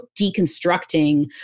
deconstructing